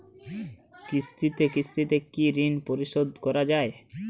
কিস্তিতে কিস্তিতে কি ঋণ পরিশোধ করা য়ায়?